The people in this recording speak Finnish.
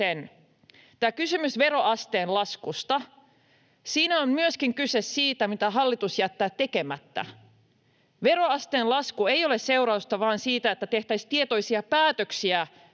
tässä kysymyksessä veroasteen laskusta on kyse myöskin siitä, mitä hallitus jättää tekemättä. Veroasteen lasku ei ole seurausta vain siitä, että tehtäisiin tietoisia päätöksiä